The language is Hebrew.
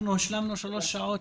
השלמנו דיון שארך כמעט שלוש שעות.